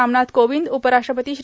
रामनाथ कोविंद उपराष्ट्रपती श्री